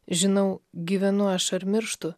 žinau gyvenu aš ar mirštu